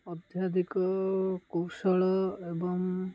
ଅତ୍ୟାଧିକ କୌଶଳ ଏବଂ